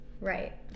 Right